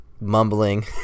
mumbling